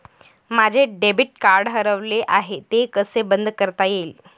माझे debit card हरवले आहे ते कसे बंद करता येईल?